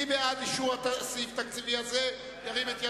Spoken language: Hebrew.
מי בעד אישור הסעיף התקציבי הזה, ירים את ידו.